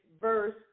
verse